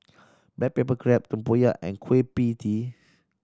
black pepper crab tempoyak and Kueh Pie Tee